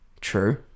True